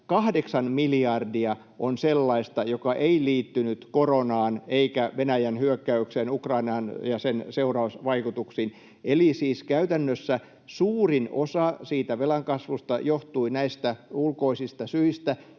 8 miljardia on sellaista, joka ei liittynyt koronaan eikä Venäjän hyökkäykseen Ukrainaan ja sen seurausvaikutuksiin. Eli siis käytännössä suurin osa siitä velan kasvusta johtui näistä ulkoisista syistä,